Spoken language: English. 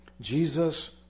Jesus